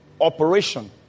operation